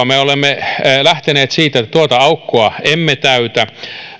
me olemme lähteneet siitä että britannian aukkoa emme täytä